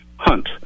hunt